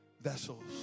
vessels